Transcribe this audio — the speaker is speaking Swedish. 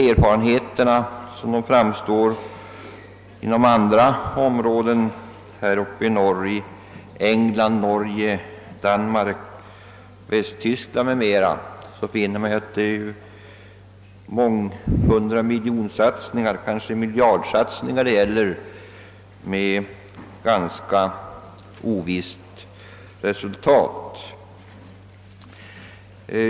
Erfarenheterna från prospektering inom andra områden här uppe i norr, i England, Norge, Danmark, Västtyskland m.fl. länder visar, att det gäller månghundramiljonsatsningar, kanske = miljardsatsningar, med ganska ovisst resultat.